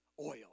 Oil